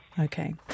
Okay